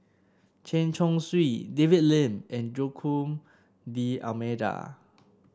Chen Chong Swee David Lee and Joaquim D'Almeida